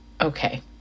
okay